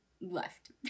left